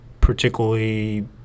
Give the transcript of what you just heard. particularly